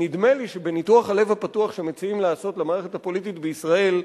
נדמה לי שניתוח הלב הפתוח שמציעים לעשות למערכת הפוליטית בישראל,